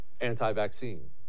anti-vaccine